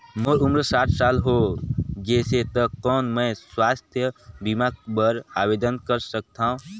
मोर उम्र साठ साल हो गे से त कौन मैं स्वास्थ बीमा बर आवेदन कर सकथव?